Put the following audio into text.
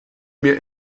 mir